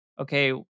Okay